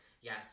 yes